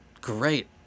great